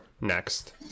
next